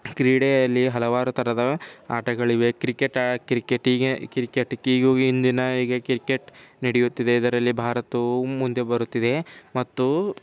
ಕ್ರೀಡೆಯಲ್ಲಿ ಹಲವಾರು ಥರದ ಆಟಗಳಿವೆ ಕ್ರಿಕೆಟ್ ಕ್ರಿಕೆಟಿಗೆ ಕ್ರಿಕೆಟ್ ಇಂದಿನ ಈಗ ಕ್ರಿಕೆಟ್ ನಡಿಯುತ್ತಿದೆ ಇದರಲ್ಲಿ ಭಾರತವು ಮುಂದೆ ಬರುತ್ತಿದೆ ಮತ್ತು